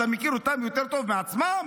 אתה מכיר אותנו יותר טוב מעצמם?